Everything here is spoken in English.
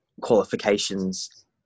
qualifications